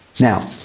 Now